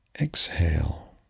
Exhale